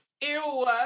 Ew